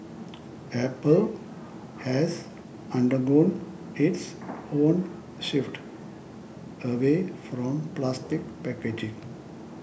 apple has undergone its own shift away from plastic packaging